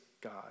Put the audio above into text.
God